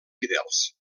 fidels